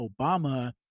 Obama